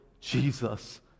Jesus